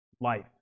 life